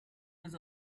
was